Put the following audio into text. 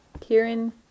Kieran